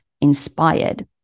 inspired